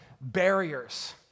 barriers